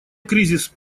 кризис